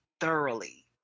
thoroughly